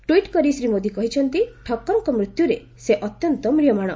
tweet କରି ଶ୍ରୀ ମୋଦି କହିଛନ୍ତି ଠକ୍କରଙ୍କ ମୃତ୍ୟୁରେ ସେ ଅତ୍ୟନ୍ତ ମ୍ରିୟମାଣ